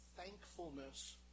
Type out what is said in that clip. thankfulness